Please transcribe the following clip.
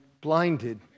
blinded